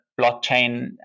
blockchain